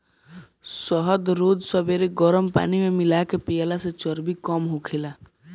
शहद रोज सबेरे गरम पानी में मिला के पियला से चर्बी कम होखेला